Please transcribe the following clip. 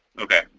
Okay